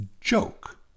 joke